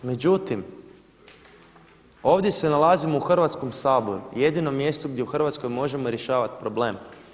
Međutim, ovdje se nalazimo u Hrvatskom saboru, jedinom mjestu gdje u Hrvatskoj možemo rješavati problem.